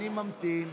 אני ממתין,